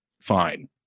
fine